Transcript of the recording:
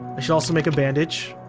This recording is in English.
i should also make a bandage.